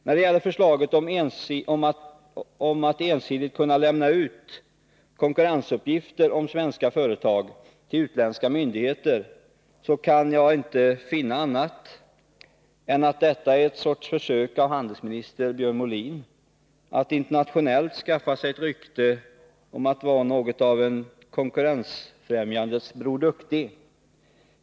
När det gäller förslaget om att man ensidigt skall kunna lämna ut konkurrensuppgifter om svenska företag till utländska myndigheter kan jag inte finna annat än att detta är ett försök av handelsminister Björn Molin att internationellt skaffa sig ett rykte om att vara något av en konkurrensfrämjandets Bror Duktig.